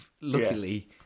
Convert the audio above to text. Luckily